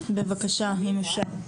בבקשה, אם אפשר.